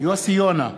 יוסי יונה,